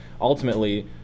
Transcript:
ultimately